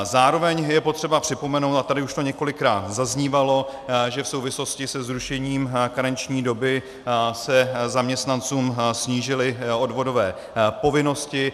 Zároveň je potřeba připomenout, a tady už to několikrát zaznívalo, že v souvislosti se zrušením karenční doby se zaměstnancům snížily odvodové povinnosti.